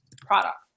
product